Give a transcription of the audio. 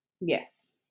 yes